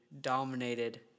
dominated